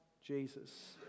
Jesus